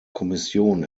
kommission